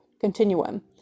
continuum